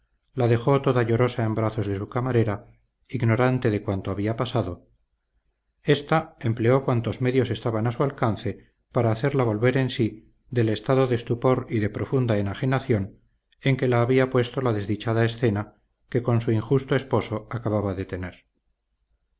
la dejó toda llorosa en brazos de su camarera ignorante de cuanto había pasado ésta empleó cuantos medios estaban a su alcance para hacerla volver en sí del estado de estupor y de profunda enajenación en que la había puesto la desdichada escena que con su injusto esposo acababa de tener